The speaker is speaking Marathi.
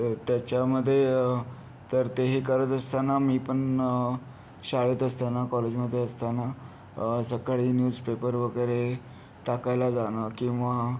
तर त्याच्यामध्ये तर ते हे करत असताना मी पण शाळेत असताना कॉलेजमध्ये असताना सकाळी न्यूजपेपर वगैरे टाकायला जाणं किंवा